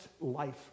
life